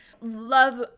love